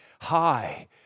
high